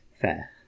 fair